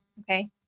Okay